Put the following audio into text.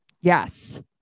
Yes